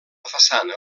façana